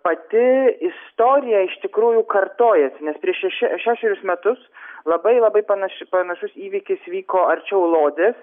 pati istorija iš tikrųjų kartojasi nes prieš šeši šešerius metus labai labai panaši panašus įvykis vyko arčiau lodzės